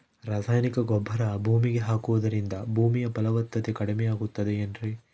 ರಾಸಾಯನಿಕ ಗೊಬ್ಬರ ಭೂಮಿಗೆ ಹಾಕುವುದರಿಂದ ಭೂಮಿಯ ಫಲವತ್ತತೆ ಕಡಿಮೆಯಾಗುತ್ತದೆ ಏನ್ರಿ?